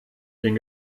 den